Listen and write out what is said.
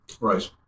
right